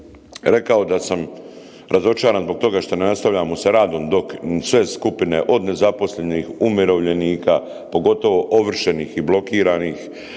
rekao da sam razočaran zbog toga što ne nastavljamo sa radom dok sve skupine od nezaposlenih, umirovljenika, pogotovo ovršenih i blokiranih